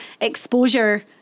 exposure